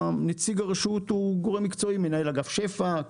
נציג הרשות הוא גורם מקצועי: מנהל אגף שפ"ע,